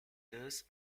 does